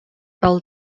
pel